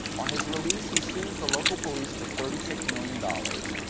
on his release, he sues the local police for thirty six million dollars.